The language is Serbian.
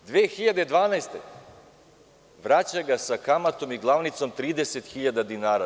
Godine 2012. vraća ga sa kamatom i glavnicom 30.000 dinara.